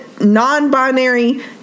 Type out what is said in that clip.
non-binary